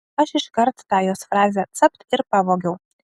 aš iškart tą jos frazę capt ir pavogiau